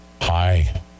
Hi